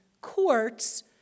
courts